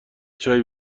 چای